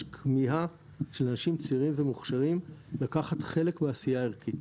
יש כמיהה של אנשים צעירים ומוכשרים לקחת חלק בעשייה ערכית.